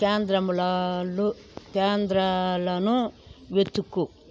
కేంద్రములను కేంద్రాలను వెతుకు